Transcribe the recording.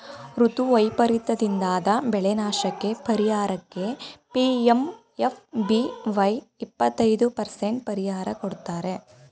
ಋತು ವೈಪರೀತದಿಂದಾದ ಬೆಳೆನಾಶಕ್ಕೇ ಪರಿಹಾರಕ್ಕೆ ಪಿ.ಎಂ.ಎಫ್.ಬಿ.ವೈ ಇಪ್ಪತೈದು ಪರಸೆಂಟ್ ಪರಿಹಾರ ಕೊಡ್ತಾರೆ